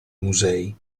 musei